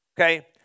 Okay